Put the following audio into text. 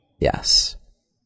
Yes